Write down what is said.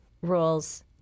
rules